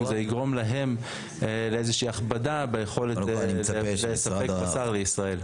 אם זה יגרום להם לאיזושהי הכבדה ביכולת לספק בשר לישראל.